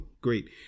great